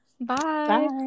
Bye